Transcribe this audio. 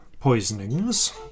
poisonings